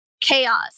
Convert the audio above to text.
chaos